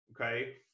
okay